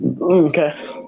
Okay